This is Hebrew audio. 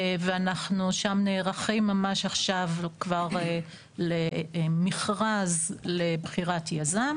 ואנחנו שם נערכים ממש עכשיו כבר למכרז לבחירת יזם